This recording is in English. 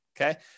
Okay